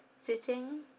sitting